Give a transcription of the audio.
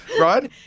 Right